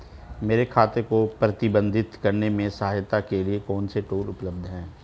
मेरे खाते को प्रबंधित करने में सहायता के लिए कौन से टूल उपलब्ध हैं?